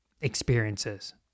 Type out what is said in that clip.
experiences